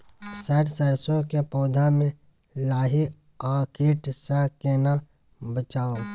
Sir सरसो के पौधा में लाही आ कीट स केना बचाऊ?